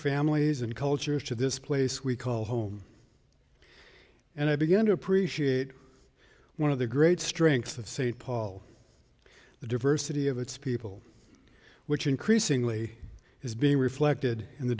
families and cultures to this place we call home and i began to appreciate one of the great strengths of st paul the diversity of its people which increasingly is being reflected in the